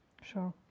Sure